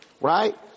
right